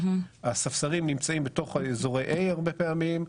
הספסרים נמצאים בתוך אזורי A הרבה פעמים.